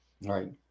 Right